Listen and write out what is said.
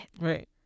Right